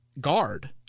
guard